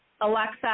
Alexa